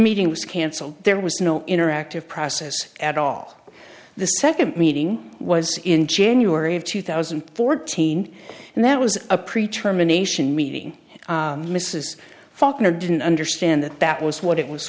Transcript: meeting was canceled there was no interactive process at all the second meeting was in january of two thousand and fourteen and that was a pre term a nation meeting mrs faulkner didn't understand that that was what it was